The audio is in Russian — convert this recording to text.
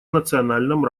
национальном